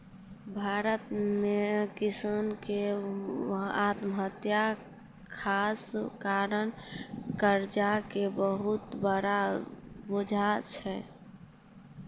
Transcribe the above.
भारत मॅ किसान के आत्महत्या के खास कारण कर्जा के बहुत बड़ो बोझ छै